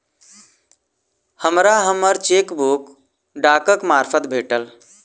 हमरा हम्मर चेकबुक डाकक मार्फत भेटल